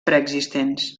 preexistents